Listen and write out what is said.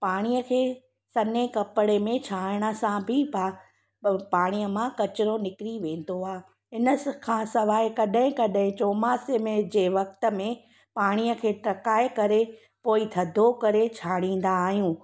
पाणीअ खे सन्हे कपिड़े में छाणण सां बि प पाणीअ मां कचिरो निकिरी वेंदो आहे इन स खां सवाइ कॾहिं कॾहिं चौमासे में जे वक़्त में पाणीअ खे टहिकाए करे पोइ थधो करे छाणींदा आहियूं